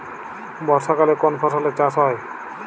বর্ষাকালে কোন ফসলের চাষ হয়?